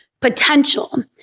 potential